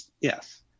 Yes